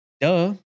Duh